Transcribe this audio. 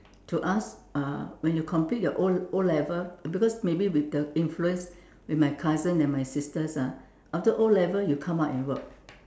to us uh when you complete your O~ O-level because may be with the influence with my cousin and my sisters ah after O-level you come out and work